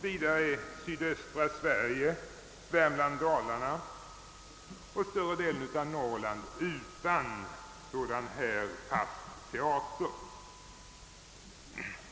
Vidare är sydöstra Sverige, Värmland, Dalarna och större delen av Norrland utan fast teater.